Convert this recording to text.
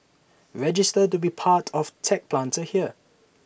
register to be part of tech Planter here